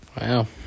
Wow